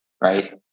right